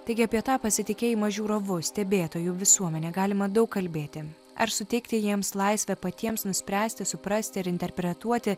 taigi apie tą pasitikėjimą žiūrovu stebėtoju visuomene galima daug kalbėti ar suteikti jiems laisvę patiems nuspręsti suprasti ar interpretuoti